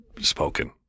spoken